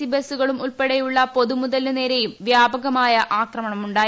C ബസുകളും ഉൾപ്പെടെയുള്ള പൊതുമുതലിനു നേരെയും വ്യാപകമായ ആക്രമണമുണ്ടായി